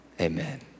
Amen